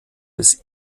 des